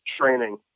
training